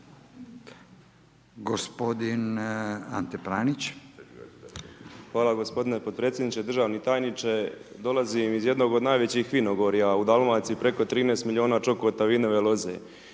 **Pranić, Ante (NLM)** Hvala gospodine potpredsjedniče. Državni tajniče, dolazim iz jednog od najvećih vinogorja u Dalmaciji, preko 13 milijuna čokota vinove loze.